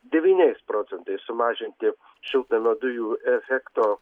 devyniais procentais sumažinti šiltnamio dujų efekto